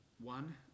One